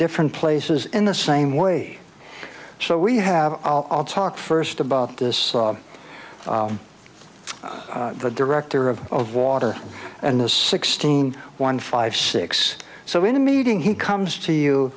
different places in the same way so we have i'll talk first about this the director of of water and the sixteen one five six so in a meeting he comes to you